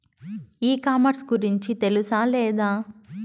ఈ కామర్స్ గురించి తెలుసా లేదా?